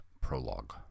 prologue